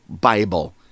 Bible